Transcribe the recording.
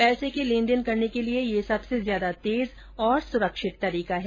पैसे के लेनदेन करने के लिये यह सबसे ज्यादा तेज और सुरक्षित तरीका है